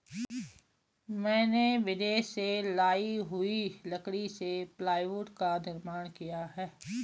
मैंने विदेश से लाई हुई लकड़ी से प्लाईवुड का निर्माण किया है